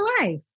life